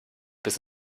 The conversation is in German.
bis